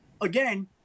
Again